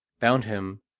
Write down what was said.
bound him,